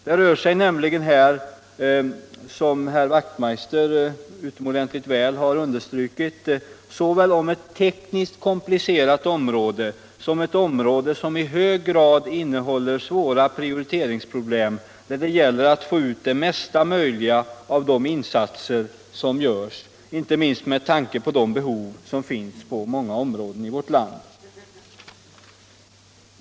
Det rör sig nämligen här, som herr Wachtmeister utomordentligt väl har understrukit, såväl om ett tekniskt komplicerat område som ett område vilket i hög grad innehåller svåra prioriteringsproblem när det gäller att få ut det mesta möjliga av de insatser som görs, inte minst med tanke på de behov som finns på många områden i vårt land.